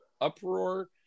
Uproar